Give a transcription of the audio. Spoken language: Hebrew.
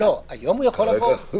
היום הוא יכול לבוא חופשי.